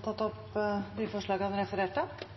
tatt opp det forslaget han refererte til.